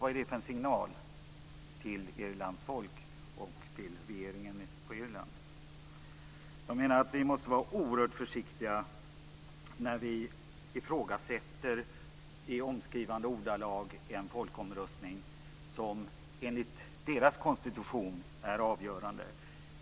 Vad är det för signal till Irlands folk och till regeringen på Irland? Jag menar att vi måste vara oerhört försiktiga när vi i omskrivande ordalag ifrågasätter en folkomröstning som enligt deras konstitution är avgörande.